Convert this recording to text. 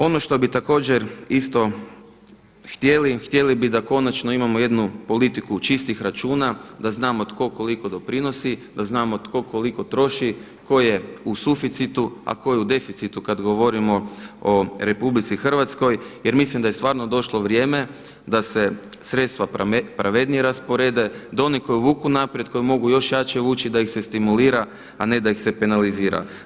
Ono što bi također isto htjeli, htjeli bi da konačno imamo jednu politiku čistih računa, da znamo tko koliko doprinosi, da znamo tko koliko troši, tko je u suficitu, a tko je u deficitu kada govorimo o RH jer mislim da je stvarno došlo vrijeme da se sredstva pravednije rasporede, da oni koji vuku naprijed koji mogu još jače vući da ih se stimulira, a ne da ih se penalizira.